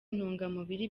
ntungamubiri